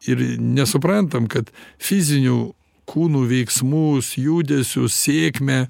ir nesuprantam kad fizinių kūnų veiksmus judesius sėkmę